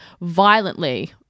violently